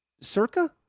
Circa